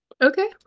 Okay